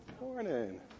morning